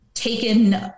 taken